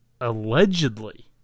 allegedly